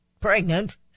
pregnant